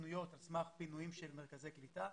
פנויות על סמך פינויים של מרכזי קליטה.